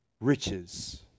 riches